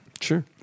Sure